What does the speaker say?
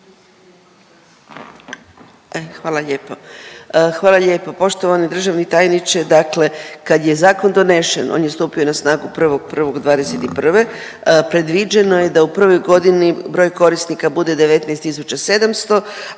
Hvala lijepo. Hvala lijepo. Poštovani državni tajniče, dakle kad je zakon donesen on je stupio na snagu 1.01.2021., predviđeno je da u prvoj godini broj korisnika bude 19.700,